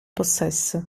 possesso